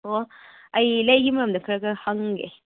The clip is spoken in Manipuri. ꯑꯣ ꯑꯩ ꯂꯩꯒꯤ ꯃꯔꯝꯗ ꯈꯔ ꯈꯔ ꯍꯪꯒꯦ